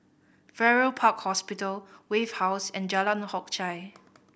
Farrer Park Hospital Wave House and Jalan Hock Chye